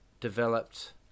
developed